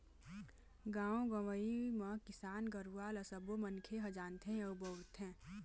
गाँव गंवई म किसान गुरूवा ल सबो मनखे ह जानथे अउ बउरथे